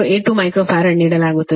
0082 micro ಫರಾಡ್ನೀಡಲಾಗುತ್ತದೆ